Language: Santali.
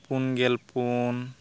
ᱯᱩᱱᱜᱮᱞ ᱯᱩᱱ